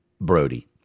Brody